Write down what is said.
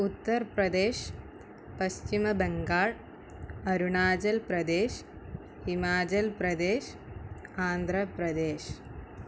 Uttar Pradesh Paschim Bangal Arunachal Pradesh Himachal Pradesh Andhra Pradesh